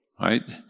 right